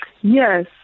Yes